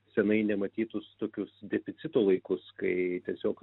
senai nematytus tokius deficito laikus kai tiesiog